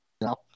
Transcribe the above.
No